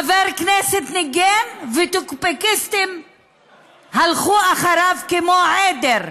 חבר כנסת ניגן וטוקבקיסטים הלכו אחריו כמו עדר.